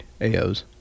aos